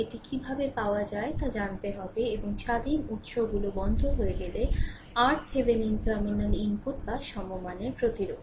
এটি কীভাবে পাওয়া যায় তা জানতে হবে এবং স্বাধীন উৎসগুলো বন্ধ হয়ে গেলে RThevenin টার্মিনালে ইনপুট বা সমমানের প্রতিরোধ